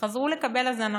חזרו לקבל הזנה.